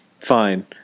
Fine